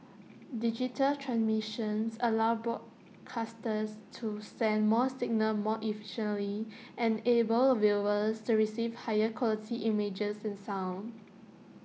digital transmissions allow broadcasters to send more signals more efficiently enable of viewers to receive higher quality images and sound